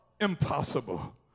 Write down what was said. impossible